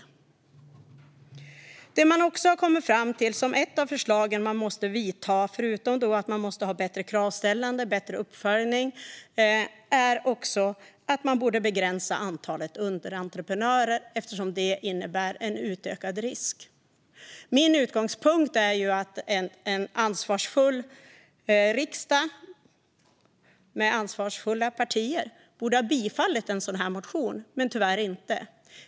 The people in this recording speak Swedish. Institutet har också kommit fram till att ett av de förslag som måste genomföras - förutom att man måste ha bättre kravställande och uppföljning - är en begränsning av antalet underentreprenörer, eftersom dessa innebär en utökad risk. Min utgångspunkt är att en ansvarsfull riksdag med ansvarsfulla partier borde ha bifallit en sådan motion. Tyvärr sker det dock inte.